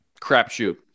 Crapshoot